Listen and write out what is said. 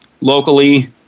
locally